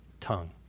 tongue